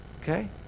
Okay